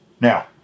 Now